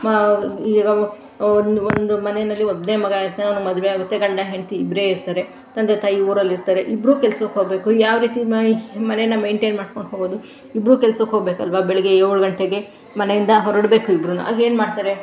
ಮ ಈಗ ಒಂದು ಒಂದು ಮನೆಯಲ್ಲಿ ಒಬ್ಬನೇ ಮಗ ಇರ್ತಾನೆ ಅವ್ನ್ಗೆ ಮದುವೆ ಆಗುತ್ತೆ ಗಂಡ ಹೆಂಡತಿ ಇಬ್ಬರೇ ಇರ್ತಾರೆ ತಂದೆ ತಾಯಿ ಊರಲ್ಲಿರ್ತಾರೆ ಇಬ್ಬರು ಕೆಲ್ಸಕ್ಕೆ ಹೋಗಬೇಕು ಯಾವ ರೀತಿ ಮೈ ಮನೇನ ಮೇಯ್ನ್ಟೇನ್ ಮಾಡ್ಕೊಂಡು ಹೋಗುವುದು ಇಬ್ಬರು ಕೆಲ್ಸಕ್ಕೆ ಹೋಗಬೇಕಲ್ವ ಬೆಳಗ್ಗೆ ಏಳು ಗಂಟೆಗೆ ಮನೆಯಿಂದ ಹೊರಡಬೇಕು ಇಬ್ಬರೂ ಆಗೇನ್ಮಾಡ್ತಾರೆ